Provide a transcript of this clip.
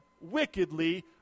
wickedly